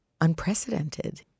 unprecedented